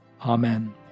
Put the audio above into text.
Amen